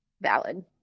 valid